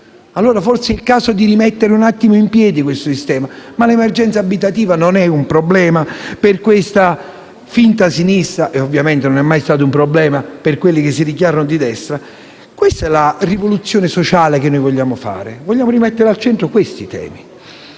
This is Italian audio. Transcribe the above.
Allora, forse, sarebbe il caso di rimettere in piedi questo sistema, ma l'emergenza abitativa non è un problema per questa finta sinistra e ovviamente non è mai stato un problema per quelli che si dichiarano di destra. Questa è la rivoluzione sociale che vogliamo fare. Vogliamo rimettere al centro questi temi.